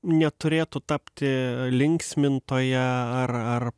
neturėtų tapti linksmintoja ar ar